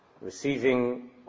receiving